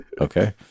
okay